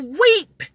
weep